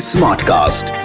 Smartcast